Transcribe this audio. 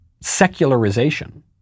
secularization